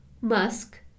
musk